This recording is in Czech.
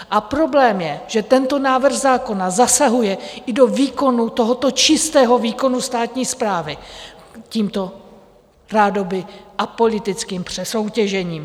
A problém je, že tento návrh zákona zasahuje i do tohoto čistého výkonu státní správy tímto rádoby apolitickým přesoutěžením.